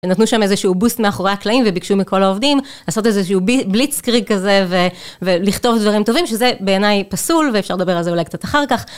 נתנו שם איזה שהוא בוסט מאחורי הקלעים וביקשו מכל העובדים לעשות איזה שהוא בליץ קריג כזה ולכתוב דברים טובים שזה בעיניי פסול ואפשר לדבר על זה אולי קצת אחר כך.